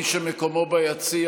מי שמקומו ביציע,